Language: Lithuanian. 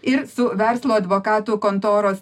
ir su verslo advokatų kontoros